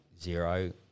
zero